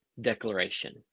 declaration